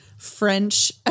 French